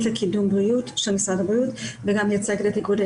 לקידום בריאות של משרד הבריאות וגם מייצגת את איגוד...